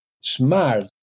smart